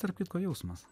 tarp kitko jausmas